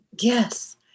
Yes